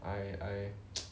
I I